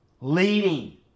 leading